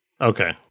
Okay